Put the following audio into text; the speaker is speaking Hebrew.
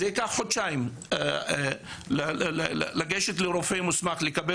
זה ייקח חודשיים לגשת לרופא מוסמך לקבל